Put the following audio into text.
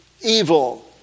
evil